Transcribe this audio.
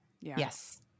Yes